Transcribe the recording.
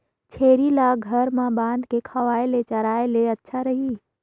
छेरी ल घर म बांध के खवाय ले चराय ले अच्छा रही?